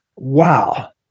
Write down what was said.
wow